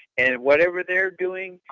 and, whatever they're doing,